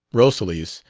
rosalys,